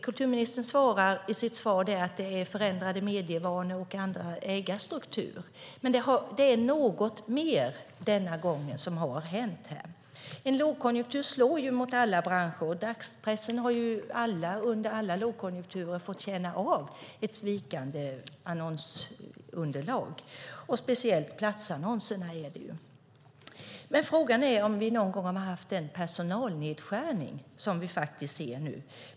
Kulturministern säger i sitt svar att det blivit förändrade medievanor och andra ägarstrukturer, men denna gång är det något mer som har hänt här. En lågkonjunktur slår mot alla branscher, och dagspressen har under alla lågkonjunkturer fått känna av ett vikande annonsunderlag, speciellt platsannonser. Men frågan är om vi någon gång har haft den personalnedskärning som vi ser nu.